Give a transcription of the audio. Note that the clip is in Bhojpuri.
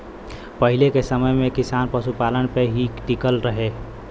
पहिले के समय में किसान पशुपालन पे ही टिकल रहे